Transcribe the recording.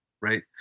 right